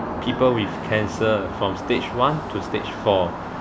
people with cancer from stage one to stage four